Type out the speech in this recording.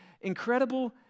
incredible